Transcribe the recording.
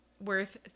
worth